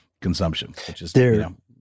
consumption